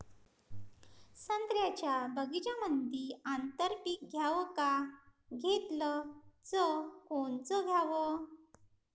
संत्र्याच्या बगीच्यामंदी आंतर पीक घ्याव का घेतलं च कोनचं घ्याव?